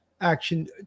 action